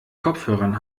kopfhörern